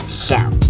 show